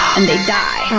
and they die,